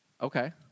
Okay